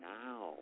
now